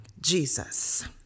Jesus